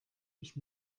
ich